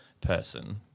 person